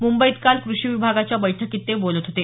मुंबईत काल कृषी विभागाच्या बैठकीत ते बोलत होते